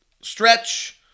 stretch